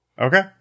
okay